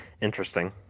Interesting